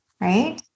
right